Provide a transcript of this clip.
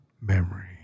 memory